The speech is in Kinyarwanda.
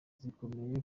zikomeje